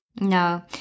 no